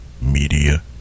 Media